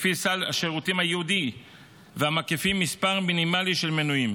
לפי סל השירותים הייעודי והמקיפים מספר מינימלי של מנויים,